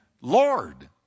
Lord